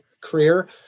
career